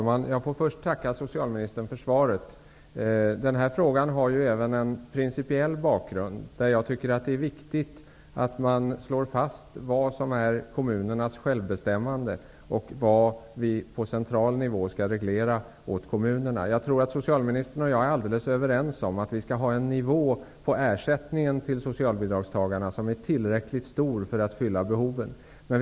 Fru talman! Först tackar jag socialministern för svaret. Den här frågan har även en principiell bakgrund. Jag tycker att det är viktigt att man slår fast vad som är kommunernas självbestämmande och vad vi på central nivå skall reglera åt kommunerna. Jag tror att socialministern och jag är helt överens om att nivån för ersättningen till socialbidragstagarna skall vara tillräckligt hög, dvs. så hög att behoven täcks.